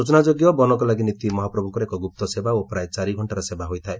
ସୂଚନାଯୋଗ୍ୟ ବନକଲାଗି ନୀତି ମହାପ୍ରଭୁଙ୍କର ଏକ ଗୁପ୍ତ ସେବା ଓ ପ୍ରାୟ ଚାରିଘକ୍ଷାର ସେବା ହୋଇଥାଏ